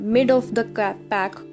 Mid-of-the-pack